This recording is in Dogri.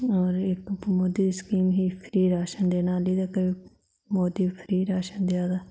ते इक्क मोदी दी स्कीम ही फ्री राशन देने दी ते मोदी फ्री राशन देआ दा